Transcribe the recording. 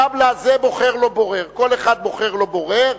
זבל"א, זה בוחר לו בורר, כל אחד בוחר לו בורר.